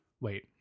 Wait